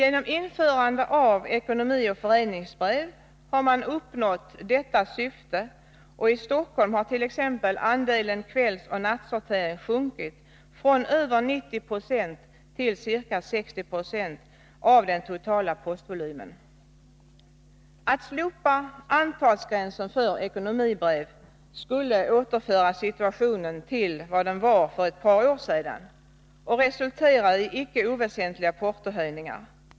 Genom införande av ekonomioch föreningsbrev har man uppnått detta syfte, och i Stockholm har t.ex. andelen kvällsoch nattsortering sjunkit från över 90 9 till ca 60 26 av den totala postvolymen. Att slopa gränsen för antalet ekonomibrev skulle återföra situationen till vad den var för ett par år sedan och resultera i icke oväsentliga portohöjningar.